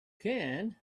can